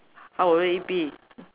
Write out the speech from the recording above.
how will it be